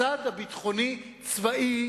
בצד הביטחוני-צבאי,